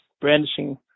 brandishing